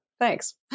thanks